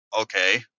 okay